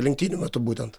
lenktynių metu būtent